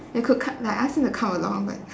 you could com~ like ask him to come along but